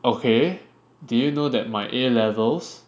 okay do you know that my A levels